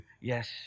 Yes